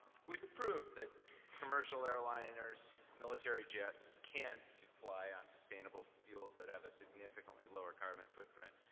we've proved that commercial airliners, military jets can fly on sustainable fuels that have a significantly lower carbon footprint.